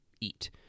eat